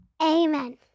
Amen